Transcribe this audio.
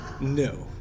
No